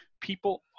people